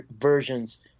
versions